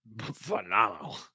Phenomenal